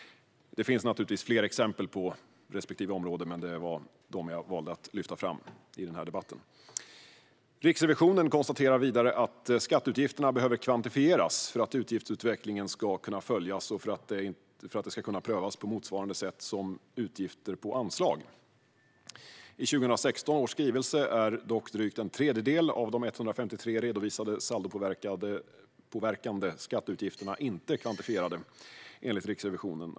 Det finns naturligtvis fler exempel på respektive område, men det var dessa som jag valde att lyfta fram i denna debatt. Riksrevisionens rapport om reger-ingens skatteutgifts-redovisning Riksrevisionen konstaterar vidare att skatteutgifterna behöver kvantifieras för att utgiftsutvecklingen ska kunna följas och för att de ska kunna prövas på motsvarande sätt som utgifter på anslag. I 2016 års skrivelse är dock drygt en tredjedel av de 153 redovisade saldopåverkande skatteutgifterna inte kvantifierade enligt Riksrevisionen.